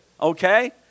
okay